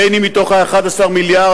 בין אם מתוך ה-11 מיליארד,